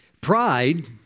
Pride